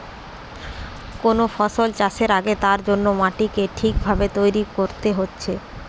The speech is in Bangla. কোন ফসল চাষের আগে তার জন্যে মাটিকে ঠিক ভাবে তৈরী কোরতে হচ্ছে